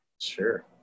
Sure